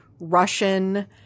Russian